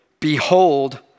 behold